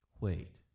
Wait